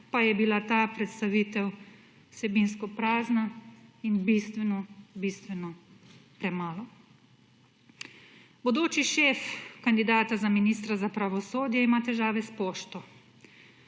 pa je bila ta predstavitev vsebinsko prazna in bistveno, bistveno premalo. Bodoči šef kandidata za ministra za pravosodje ima težave s pošto